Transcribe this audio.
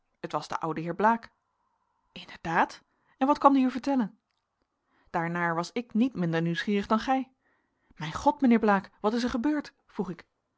het was de oude heer blaek inderdaad en wat kwam die u vertellen daarnaar was ik niet minder nieuwsgierig dan gij mijn god mijnheer blaek wat is er gebeurd vroeg ik